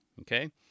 okay